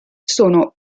sono